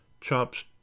chops